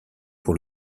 pour